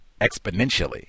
exponentially